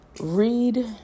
read